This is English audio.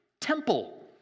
temple